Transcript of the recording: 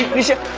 nisha.